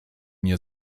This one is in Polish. nie